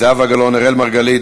זהבה גלאון, אראל מרגלית.